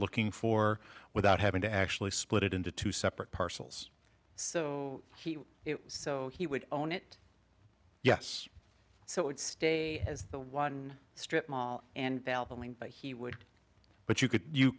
looking for without having to actually split it into two separate parcels so he so he would own it yes so it would stay as the strip mall and he would but you could you